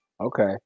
okay